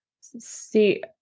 see